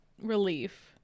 relief